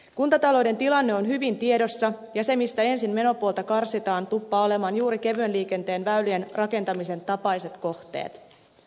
kuntatalouden tilanne on hyvin tiedossa ja se mistä ensin menopuolta karsitaan tuppaa olemaan juuri kevyen liikenteen väylien rakentamisen tapaiset kohteet